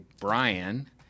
Brian